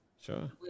sure